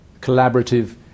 collaborative